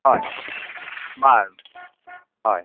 হয় বাৰু হয়